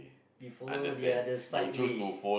we follow the others' right way